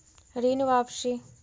ऋण वापसी?